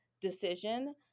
decision